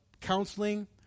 counseling